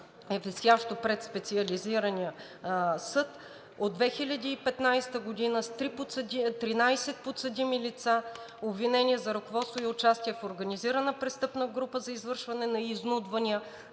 е висящо пред Специализирания съд от 2015 г., с 13 подсъдими лица, обвинение за ръководство и участие в организирана престъпна група, за извършване на изнудвания,